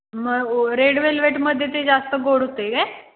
मग ओ रेड वेल्वेटमध्ये ते जास्त गोड होते काय